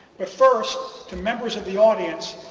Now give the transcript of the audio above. but first to members of the audience,